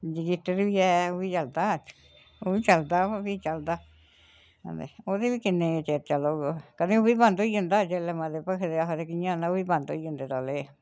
जिगेटर बी ऐ उब्बी चलदा उब्बी चलदा उब्बी चलदा उब्बी उब्बी किन्ने क चिर चलग कदें उब्बी बंद होई जंदा जेल्लै मते भखे दे आखदे कियां बंद होई जंदा तौले